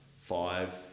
five